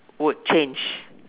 would change